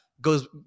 Goes